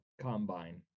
combine